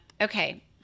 Okay